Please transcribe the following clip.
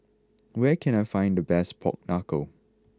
where can I find the best Pork Knuckle